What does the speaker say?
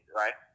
right